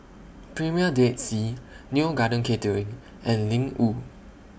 Premier Dead Sea Neo Garden Catering and Ling Wu